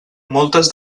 moltes